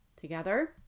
Together